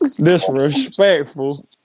Disrespectful